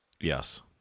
Yes